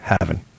heaven